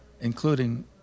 including